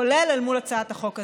כולל אל מול הצעת החוק הזו.